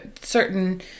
certain